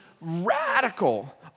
radical